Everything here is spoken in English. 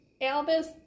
Albus